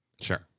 Sure